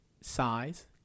size